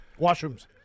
washrooms